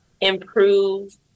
improve